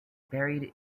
buried